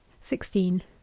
sixteen